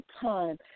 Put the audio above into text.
time